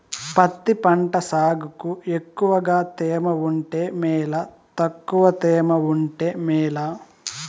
పత్తి పంట సాగుకు ఎక్కువగా తేమ ఉంటే మేలా తక్కువ తేమ ఉంటే మేలా?